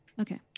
Okay